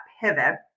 pivot